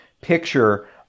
picture